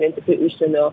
vien tiktai užsienio